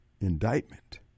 indictment